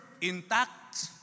intact